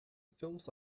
films